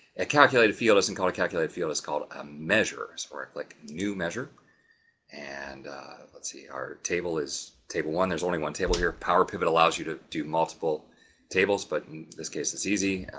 a calculated field is in color calculated field is called measures or like new measure and let's see our table is table one. there's only one table here, power pivot allows you to do multiple tables but in this case, it's easy.